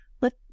Let